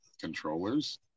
controllers